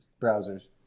browsers